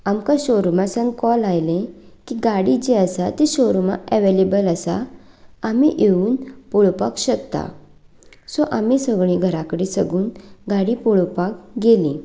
आमकां शॉरुमा सावन कॉल आयलें की गाडी जी आसा ती शॉरुमांत अव्हेलेबल आसा आमी येवन पळोवपाक शकता सो आमी सगळीं घराकडेन साकून गाडी पळोवपाक गेलीं